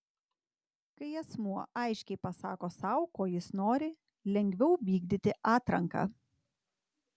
kai asmuo aiškiai pasako sau ko jis nori lengviau vykdyti atranką